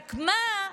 רק מה?